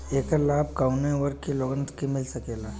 ऐकर लाभ काउने वर्ग के लोगन के मिल सकेला?